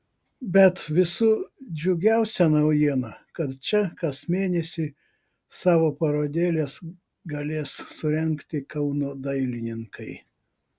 bet visų džiugiausia naujiena kad čia kas mėnesį savo parodėles galės surengti kauno dailininkai